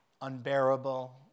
unbearable